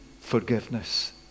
forgiveness